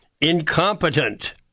incompetent